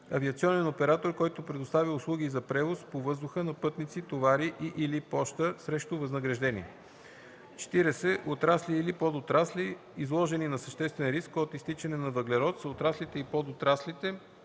авиационен оператор, който предоставя услуги за превоз по въздуха на пътници, товари и/или поща срещу възнаграждение. 40. „Отрасли или подотрасли, изложени на съществен риск от изтичане на въглерод” са отраслите и подотраслите,